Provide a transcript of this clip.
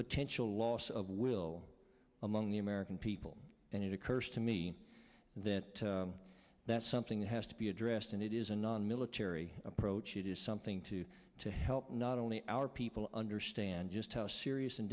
potential loss of will among the american people and it occurs to me that that's something that has to be addressed and it is a nonmilitary approach it is something to to help not only our people understand just how serious and